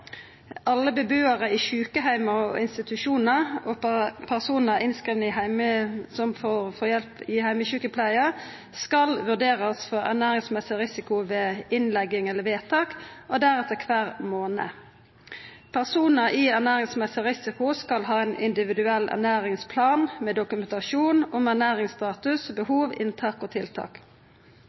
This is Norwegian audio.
Alle bebuarar på sjukeheimar og institusjonar og personar som får hjelp i heimesjukepleia, skal vurderast for ernæringsrisiko ved innlegging eller vedtak og deretter kvar månad. Personar med ernæringsrisiko skal ha ein individuell ernæringsplan med dokumentasjon om ernæringsstatus, behov, inntak og tiltak.